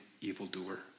evildoer